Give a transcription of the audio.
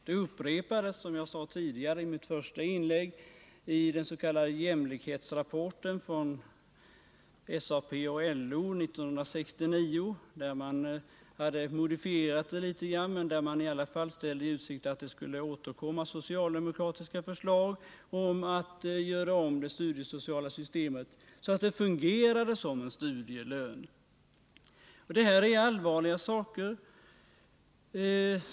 Som jag sade i mitt tidigare inlägg upprepades kravet i den s.k. jämlikhetsrapporten från SAP och LO 1969, där man hade modifierat det något men där man i alla fall ställde i utsikt socialdemokratiska förslag om att göra om det studiesociala systemet så att det fungerade som en studielön. Det handlar om allvarliga saker.